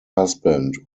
husband